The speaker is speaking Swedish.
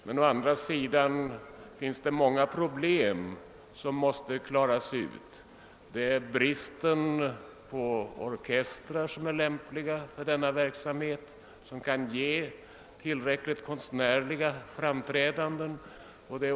Många problem måste emellertid lösas. Det råder brist på orkestrar, lämpliga för denna verksamhet, som kan ge tillräckligt konstnärliga framträdanden.